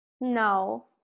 No